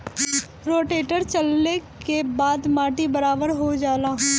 rotator चलले के बाद माटी बराबर हो जाला